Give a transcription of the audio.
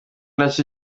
nacyo